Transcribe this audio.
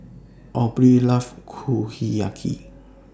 Aubrie loves Kushiyaki